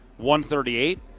138